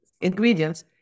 ingredients